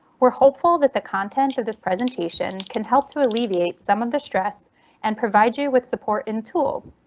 we're hopeful that the content of this presentation can help to alleviate some of the stress and provide you with support in tools.